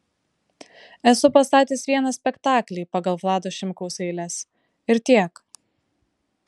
esu pastatęs vieną spektaklį pagal vlado šimkaus eiles ir tiek